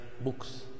books